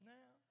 now